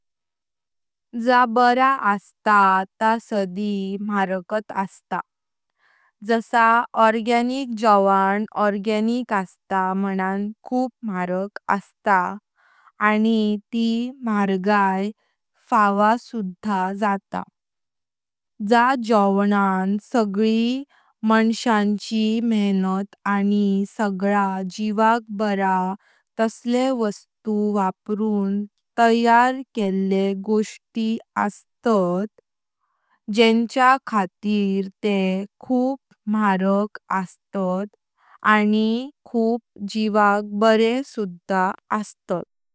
जा बरा असता ता सडी मरकाट असता। जसा ऑर्गॅनिक जोवण ऑर्गॅनिक असता मनन खूप मरक असता आणि ती मरगाई फाव सूधा जाता। जा जोवणान सगळी मनष्यांची मेहनत आणि सगला जिवाक बरा तसले वस्तू वापरून तयार केले गोंष्टी अस्तात येन्च्या खतिर ते खूप मरक अस्तात आणि खूप जिवाक बरे सूधा अस्तात।